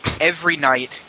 every-night